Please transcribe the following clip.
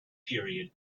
period